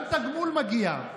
גם תגמול מגיע,